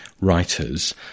writers